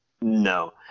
No